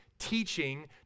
teaching